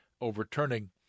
overturning